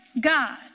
God